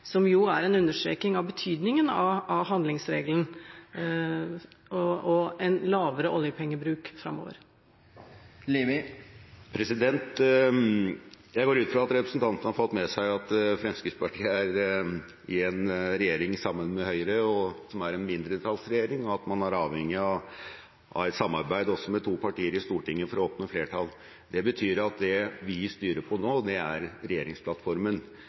som jo er en understreking av betydningen av handlingsregelen og en lavere oljepengebruk framover? Jeg går ut fra at representanten har fått med seg at Fremskrittspartiet er i regjering sammen med Høyre, som er en mindretallsregjering, og at man er avhengig av et samarbeid også med to partier i Stortinget for å oppnå flertall. Det betyr at det vi styrer på nå, er regjeringsplattformen. I regjeringsplattformen er det definert at man skal forholde seg til handlingsregelen. Derimot er